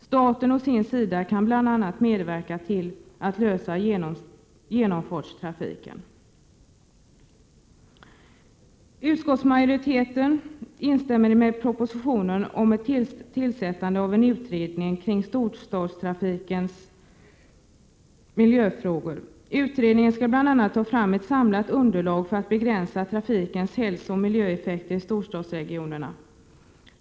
Staten kan å sin sida medverka till att lösa problemet med genomfartstrafiken. Utskottsmajoriteten instämmer med propositionen om tillsättande av en utredning kring storstadstrafikens miljöfrågor. Utredningen skall bl.a. ta fram ett samlat underlag för att begränsa trafikens hälsooch miljöeffekter i storstadsregionerna.